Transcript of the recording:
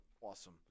Awesome